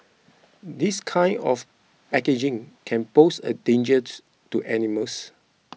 this kind of packaging can pose a dangers to animals